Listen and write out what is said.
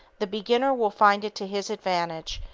the beginner will find it to his advantage,